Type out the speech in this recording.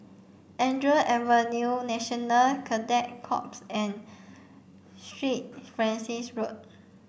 Andrew Avenue National Cadet Corps and Street Francis Road